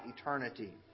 eternity